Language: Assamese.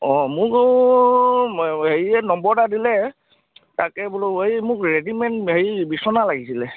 অঁ মোক হেৰিয়ে নম্বৰ এটা দিলে তাকে বোলো এই মোক ৰেডিমেণ্ড হেৰি বিচনা লাগিছিলে